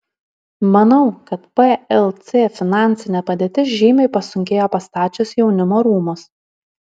manau kad plc finansinė padėtis žymiai pasunkėjo pastačius jaunimo rūmus